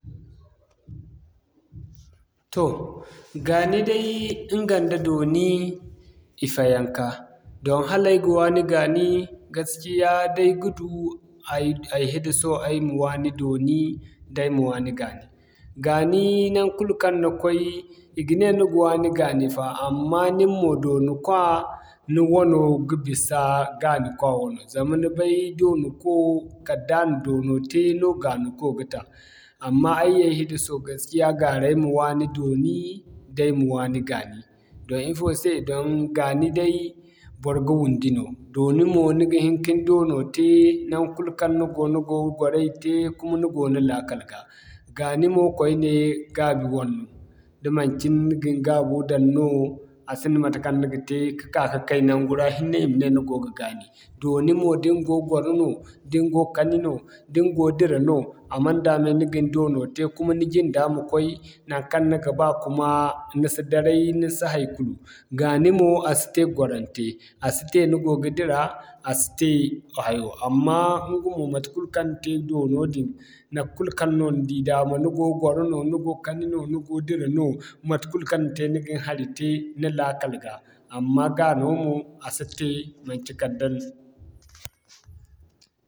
Toh gaani, ɲga da dooni gaskiya i fayanka. Zama hala ay ga waani gaani, ay hiddeso ay ma waani dooni da ay ma waani gaani. Gaani, naŋkul kaŋ ni koy, i ga ne ni ga waani gaani fa amma nin mo doonu kwa ni wano ga bisa doonu kwa wano. Zama ni bay ir doonu ko, kala da na doono te no gaanu ko ga ta. Amma ay ya hiddeso gaskiya gaara ay ma waani dooni, da ay ma waani gaani doŋ ifo se doŋ gaani day bor ga wundi no dooni mo ni ga hin ka ni doono te, naŋkul kaŋ ni go, ni go gwaray te kuma ni go ni lakkal ga. Gaani mo koyne, gaabi wanno da manci cimi ni ga ni gaabo daŋ no, a sinda matekaŋ ni ga te ka'ka ka kay naŋgu ra hinne, i ma ne ni go ga gaani. Dooni mo da ni go gwaro no, da ni go kani no, da ni go dira no, a mey-da-mey ni ga ni doono te kuma ni jinda ma koy naŋkaŋ ni ga ba kuma ni si daray ni si haikulu. Gaani mo, a si te gwaro'nte. A si te ni go ga dira, a si te hayo amma ɲga mo matekul kaŋ ni te doono din naŋkul kaŋ no ni di daama ni go ga gwaro no, ni go kani no, ni go dira no, matekul kaŋ ni te ni ga ni hari te ni laakal ga amma gaano mo, a si te manci kala da.